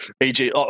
Eg